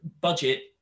budget